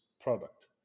product